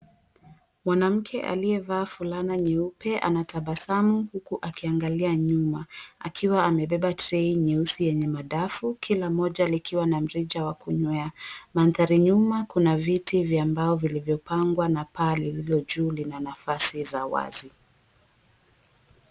Mwanamke aliyevaa tabasamu huku akiangalia nyuma akiwa amebeba trei nyeusi ya madafu moja likiwa na mrija wa kunywea mandhari nyuma kuna viti vya mbao vilivyopangwa na paa lililojuu lina nafasi za wazi.